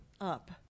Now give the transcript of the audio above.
up